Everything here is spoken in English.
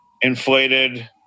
inflated